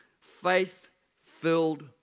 faith-filled